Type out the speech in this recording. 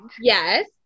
Yes